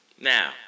Now